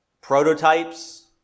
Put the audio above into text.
Prototypes